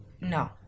no